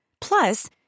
Plus